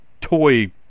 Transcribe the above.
toy